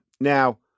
Now